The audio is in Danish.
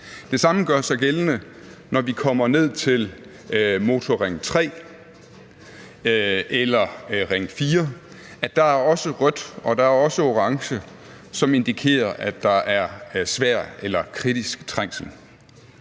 Det samme gør sig gældende, når vi kommer ned til Motorring 3 eller Ring 4 – der er også rødt, og der er også orange, hvilket indikerer, at der er svær eller kritisk trængsel.